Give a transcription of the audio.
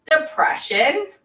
depression